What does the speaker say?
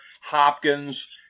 Hopkins